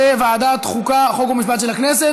התשע"ח 2018, לוועדת החוקה, חוק ומשפט נתקבלה.